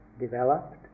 developed